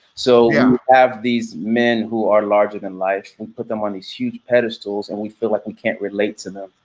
so you have these men who are larger than life and put them on these huge pedestals and we feel like we can't relate to them.